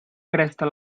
cresta